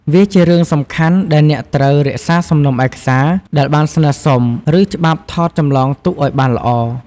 វាជារឿងសំខាន់ដែលអ្នកត្រូវ រក្សាសំណុំឯកសារ ដែលបានស្នើសុំ ឬច្បាប់ថតចម្លងទុកឲ្យបានល្អ។